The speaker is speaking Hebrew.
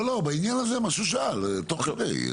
לא לא בעניין הזה מה שהוא שאל תוך כדי.